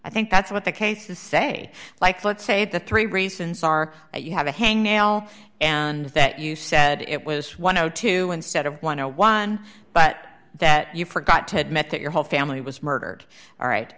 i think that's what the case to say like let's say the three reasons are that you have a hangnail and that you said it was one of the two instead of eleven dollars but that you forgot to admit that your whole family was murdered all right